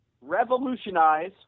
revolutionize